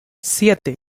siete